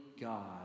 God